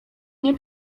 nie